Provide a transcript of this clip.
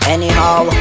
Anyhow